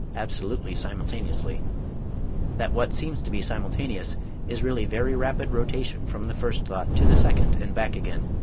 absolutely simultaneously that what seems to be simultaneous is really very rapid rotation from the first thought to the second and back again,